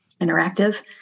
interactive